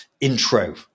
intro